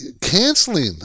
canceling